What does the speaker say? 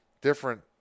different